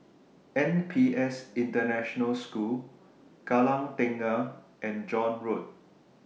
NPS International School Kallang Tengah and John Road